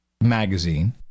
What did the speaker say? magazine